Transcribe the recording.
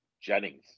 Jennings